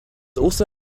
also